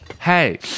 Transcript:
Hey